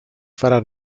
farà